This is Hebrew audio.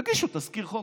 תגישו תזכיר חוק,